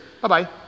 Bye-bye